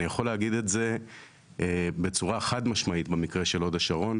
אני יכול להגיד את זה בצורה חד משמעית במקרה של הוד השרון,